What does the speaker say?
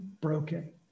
broken